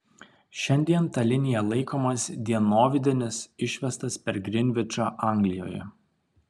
šiandien ta linija laikomas dienovidinis išvestas per grinvičą anglijoje